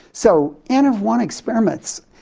so, n of one experiments,